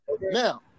Now